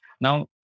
Now